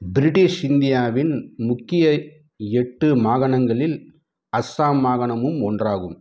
British இந்தியாவின் முக்கிய எட்டு மாகாணங்களில் அஸ்ஸாம் மாகாணமும் ஒன்றாகும்